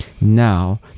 Now